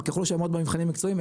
וככל שיעמוד במבחנים המקצועיים,